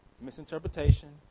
misinterpretation